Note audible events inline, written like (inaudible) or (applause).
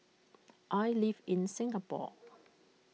I live in Singapore (noise)